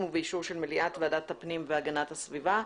ובאישור של מליאת ועדת הפנים והגנתה הסביבה.